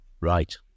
right